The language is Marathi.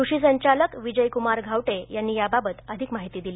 कृषीसंचालक विजयक्मार घावटे यांनी याबाबत अधिक माहिती दिली